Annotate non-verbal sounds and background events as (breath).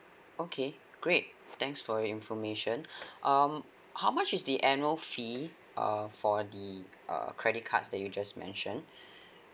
okay great thanks for your information (breath) um how much is the annual fee uh for the uh credit cards that you just mentioned (breath)